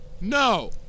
no